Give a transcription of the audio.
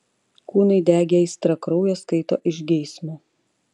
kūnai degė aistra kraujas kaito iš geismo